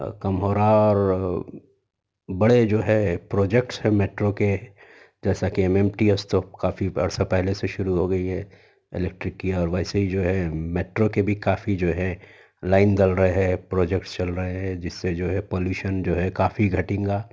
کم ہو رہا اور بڑے جو ہے پروجیکٹس ہیں میٹرو کے جیسا کہ ایم ایم ٹی ایس تو کافی عرصہ پہلے سے شروع ہو گئی ہے الیکٹرک یا ویسے جو ہے میٹرو کے کافی جو ہے لائن ڈل رہا ہے پروجیکٹس چل رہے ہیں جس سے جو ہے پولیشن جو ہے کافی گھٹے گا